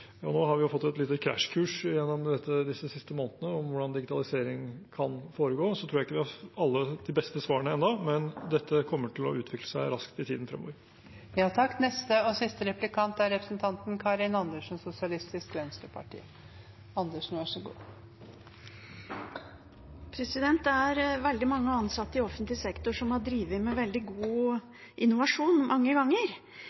Nå har vi jo fått et lite krasjkurs gjennom disse siste månedene i hvordan digitalisering kan foregå. Jeg tror ikke vi har alle de beste svarene ennå, men dette kommer til å utvikle seg raskt i tiden fremover. Det er veldig mange ansatte i offentlig sektor som har drevet med veldig god innovasjon mange ganger. De har kanskje ikke funnet billigere løsninger akkurat her og nå, men løsninger som